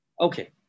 Okay